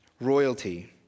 Royalty